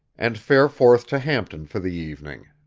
and fare forth to hampton for the evening.